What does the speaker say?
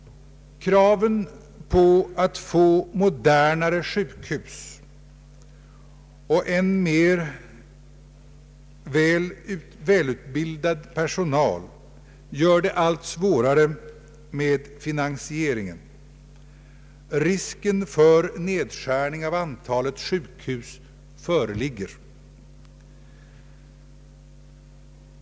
Kraven på att få modernare sjukhus och än mer välutbildad personal gör det allt svårare med finansieringen. Risk för nedskärning av antalet sjukhus föreligger.